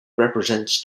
represents